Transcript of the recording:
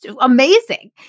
amazing